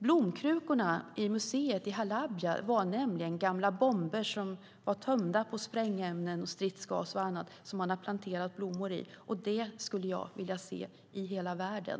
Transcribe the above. Blomkrukorna i museet i Halabja som man planterat blommor i var nämligen gamla bomber som var tömda på sprängämnen, stridsgas och annat. Det skulle jag vilja se i hela världen.